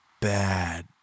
Bad